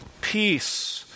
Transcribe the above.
Peace